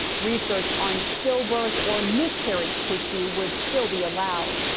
research on stillbirth or miscarriage tissue would still be allowed.